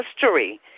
history